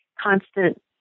constant